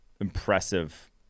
impressive